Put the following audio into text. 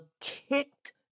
kicked